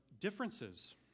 differences